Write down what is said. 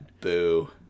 Boo